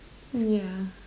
yeah